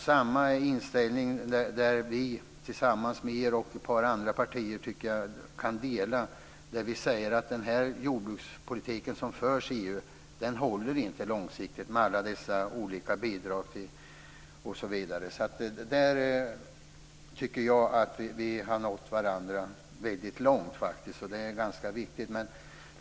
Vi kan tillsammans med er och ett par andra partier dela uppfattningen att den jordbrukspolitik som förs i EU inte håller långsiktigt med alla bidrag. Jag tycker att vi har nått varandra där. Det är ganska viktigt.